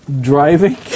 driving